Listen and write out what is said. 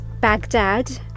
Baghdad